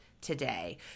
today